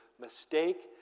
mistake